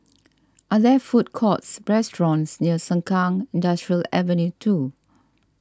are there food courts or restaurants near Sengkang Industrial Avenue two